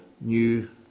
new